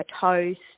toast